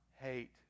hate